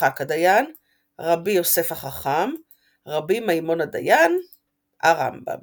יצחק הדיין ר' יוסף החכם ר' מימון הדיין הרמב"ם